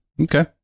Okay